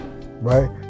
right